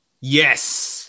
Yes